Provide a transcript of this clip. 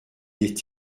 est